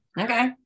okay